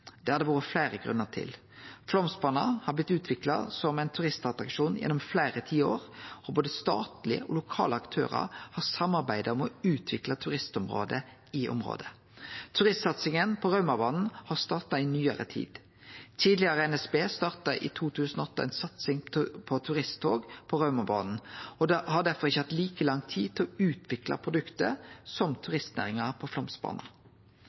Det har det vore fleire grunnar til. Flåmsbana har blitt utvikla som ein turistattraksjon gjennom fleire tiår, og både statlege og lokale aktørar har samarbeidd om å utvikle turistområdet i området. Turistsatsinga på Raumabana har starta i nyare tid. Tidlegare NSB starta i 2008 ei satsing på turisttog på Raumabana og har derfor ikkje hatt like lang tid til å utvikle produktet som turistnæringa på